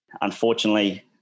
Unfortunately